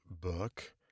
book